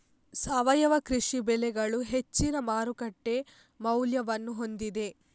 ಸಾವಯವ ಕೃಷಿ ಬೆಳೆಗಳು ಹೆಚ್ಚಿನ ಮಾರುಕಟ್ಟೆ ಮೌಲ್ಯವನ್ನು ಹೊಂದಿದೆ